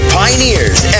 pioneers